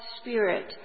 Spirit